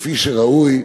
כפי שראוי,